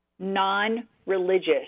non-religious